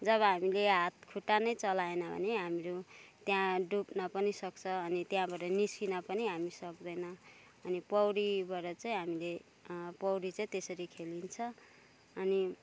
जब हामीले हात खुट्टा नै चलाएन भने हाम्रो त्यहाँ डुब्न पनि सक्छ अनि त्यहाँबाट निस्किन पनि हामी सक्दैन अनि पौडीबाट चाहिँ हामीले पौडी चाहिँ त्यसरी खेलिन्छ अनि